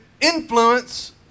influence